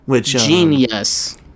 Genius